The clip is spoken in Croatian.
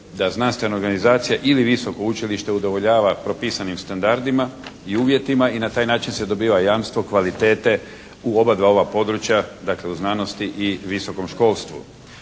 da znanstvena organizacija ili visoko učilište udovoljava propisanim standardima i uvjetima i na taj način se dobiva jamstvo kvalitete u oba dva ova područja, dakle u znanosti i visokom školstvu.